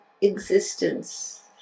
existence